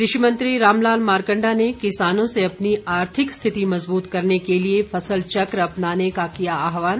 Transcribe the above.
कृषि मंत्री रामलाल मारकण्डा ने किसानों से अपनी आर्थिक स्थिति मजबूत करने के लिए फसल चक्र अपनाने का किया आह्वान